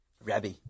Rabbi